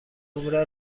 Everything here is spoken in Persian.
نمره